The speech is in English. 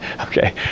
Okay